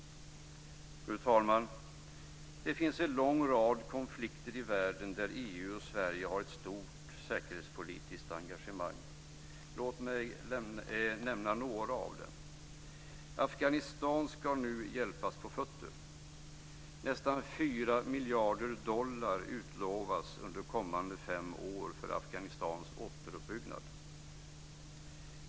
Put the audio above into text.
Fru talman! Det finns en lång rad konflikter i världen där EU och Sverige har ett stort säkerhetspolitiskt engagemang. Låt mig nämna några av dem. Afghanistan ska nu hjälpas på fötter. Nästan 4 miljarder dollar utlovas under kommande fem år till Afghanistans återuppbyggnad.